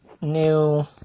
new